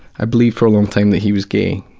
i believed for a long time that he was gay,